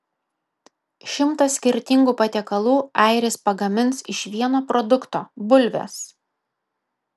šimtą skirtingų patiekalų airis pagamins iš vieno produkto bulvės